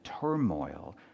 turmoil